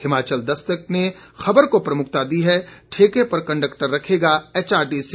हिमाचल दस्तक ने खबर को प्रमुखता दी है ठेके पर कंडक्टर रखेगा एचआरटीसी